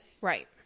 Right